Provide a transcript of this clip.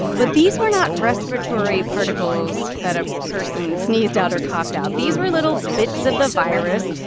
but these were not respiratory particles that a person sneezed out or coughed out. these were little bits of the virus.